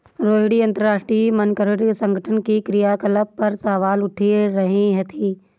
रोहिणी अंतरराष्ट्रीय मानकीकरण संगठन के क्रियाकलाप पर सवाल उठा रही थी